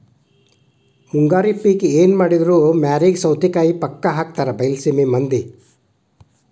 ಮುಂಗಾರಿ ಪಿಕ್ ಎನಮಾಡಿದ್ರು ಮ್ಯಾರಿಗೆ ಸೌತಿಕಾಯಿ ಪಕ್ಕಾ ಹಾಕತಾರ ಬೈಲಸೇಮಿ ಮಂದಿ